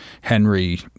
Henry